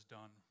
done